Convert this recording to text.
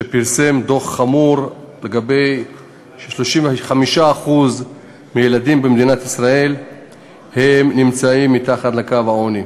שפרסם דוח חמור שלפיו 35% מהילדים במדינת ישראל נמצאים מתחת לקו העוני.